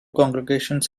congregations